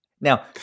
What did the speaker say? Now